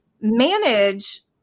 manage